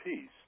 peace